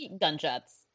gunshots